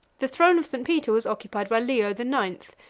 the throne of st. peter was occupied by leo the ninth,